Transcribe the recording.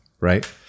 right